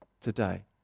today